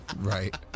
Right